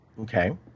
Okay